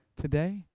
today